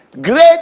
Great